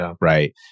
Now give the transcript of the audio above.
right